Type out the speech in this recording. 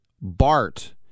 Bart